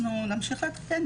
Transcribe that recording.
אנחנו נמשיך לעדכן.